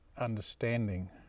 understanding